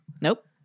Nope